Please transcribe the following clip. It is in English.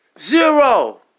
Zero